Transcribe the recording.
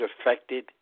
affected